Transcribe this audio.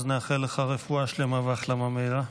אז נאחל לך רפואה שלמה והחלמה מהירה.